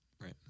Right